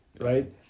right